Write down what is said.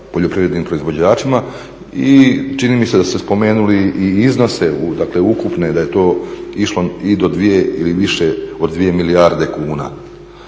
poljoprivrednim proizvođačima i čini mi se da ste spomenuli iznose dakle ukupne, da je išlo to i do 2 ili više od 2 milijarde kuna.